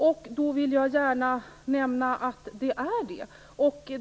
Men det finns det.